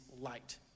light